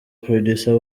producer